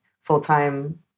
full-time